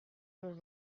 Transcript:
were